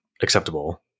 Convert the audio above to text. acceptable